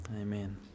Amen